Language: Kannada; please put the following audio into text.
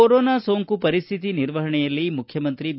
ಕೊರೊನಾ ಸೋಂಕು ಪರಿಸ್ಟಿತಿ ನಿರ್ವಹಣೆಯಲ್ಲಿ ಮುಖ್ಯಮಂತ್ರಿ ಬಿ